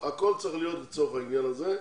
הכול צריך להיות לצורך העניין הזה.